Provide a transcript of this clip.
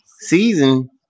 season